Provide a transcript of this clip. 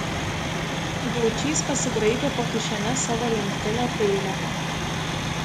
gaučys pasigraibė po kišenes savo lenktinio peilio